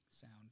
sound